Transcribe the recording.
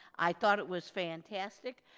i thought it was fantastic.